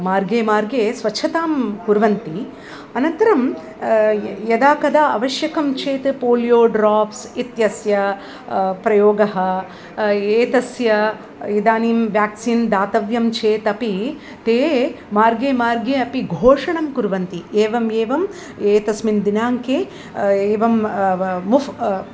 मार्गे मार्गे स्वच्छतां कुर्वन्ति अनन्तरं य यदा कदा आवश्यकं चेत् पोलियोड्राप्स् इत्यस्य प्रयोगः एतस्य इदानीं व्याक्सीन् दातव्यं चेदपि ते मार्गे मार्गे अपि घोषणां कुर्वन्ति एवम् एवम् एतस्मिन् दिनाङ्के एवं मोस्